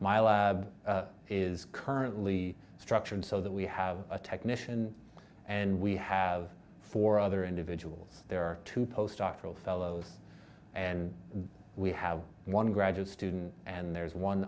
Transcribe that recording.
my lab is currently structured so that we have a technician and we have four other individuals there are two post doctoral fellow and we have one graduate student and there's one